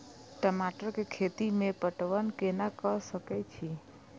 टमाटर कै खैती में पटवन कैना क सके छी?